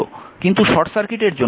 কিন্তু শর্ট সার্কিটের জন্য i 0 নয়